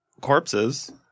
corpses